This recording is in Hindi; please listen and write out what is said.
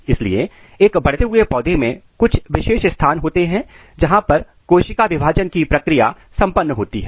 इसलिए एक बढ़ते हुए पौधे में कुछ विशेष स्थान होते हैं जहां पर कोशिका विभाजन की प्रक्रिया संपन्न होती है